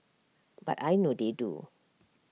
but I know they do